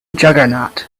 juggernaut